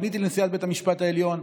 פניתי לנשיאת בית המשפט העליון.